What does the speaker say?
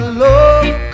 love